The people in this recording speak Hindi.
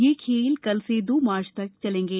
ये खेल कल से दो मार्च तक चलेंगे